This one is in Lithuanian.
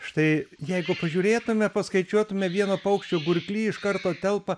štai jeigu pažiūrėtumė paskaičiuotumė vieno paukščio gurkly iš karto telpa